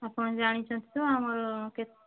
ଆପଣ ଜାଣିଛନ୍ତି ତ ଆମର କେ